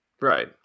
Right